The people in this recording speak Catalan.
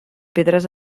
pedres